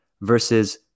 versus